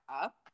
up